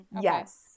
Yes